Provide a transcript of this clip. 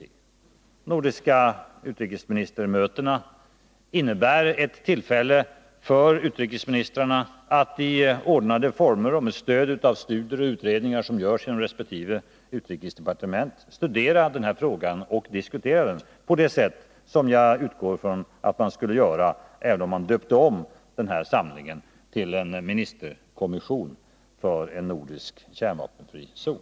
De nordiska utrikesministermötena innebär ett tillfälle för utrikesministrarna att i ordnade former och med stöd av studier och utredningar som görs inom resp. utrikesdepartement diskutera frågan på samma sätt som jag utgår från att man skulle göra om man döpte om den här samlingen till en ministerkommission för en nordisk kärnvapenfri zon.